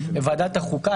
לוועדת החוקה,